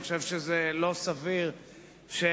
אני חושב שזה לא סביר שלערכאות